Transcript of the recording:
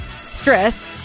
stress